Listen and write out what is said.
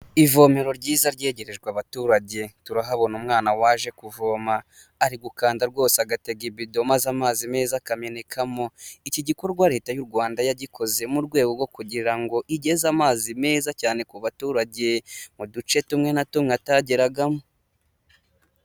Ivomero ryiza ryegerejwe abaturage, turahabona umwana waje kuvoma, ari gukanda rwose agatega ibido maze amazi meza akamenekamo, iki gikorwa Leta y'u Rwanda yagikoze mu rwego rwo kugira ngo igeze amazi meza cyane ku baturage mu duce tumwe na tumwe atageragamo.